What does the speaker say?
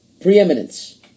preeminence